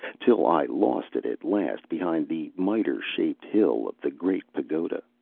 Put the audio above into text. till i lost it at last behind the miter-shaped hill of the great pagoda.